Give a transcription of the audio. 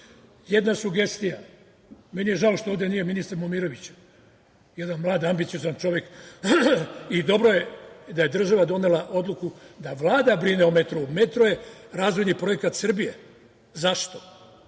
sugestija, meni je žao što ovde nije ministar Momirović, jedan mlad, ambiciozan čovek, i dobro je da je država donela odluku da Vlada brine o metrou, metro je razvojni projekat Srbije.Zašto?